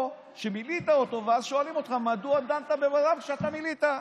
או שמילאת אותו ואז שואלים אותו מדוע דנת בבן אדם שאתה מילאת,